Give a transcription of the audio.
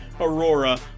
Aurora